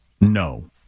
no